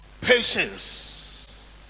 Patience